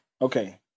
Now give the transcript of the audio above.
Okay